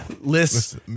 list